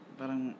parang